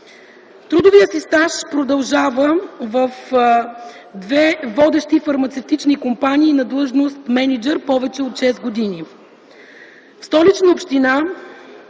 Трудовият си стаж продължава в две водещи фармацевтични компании на длъжност „Мениджър” повече от шест години.